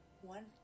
one